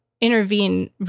intervene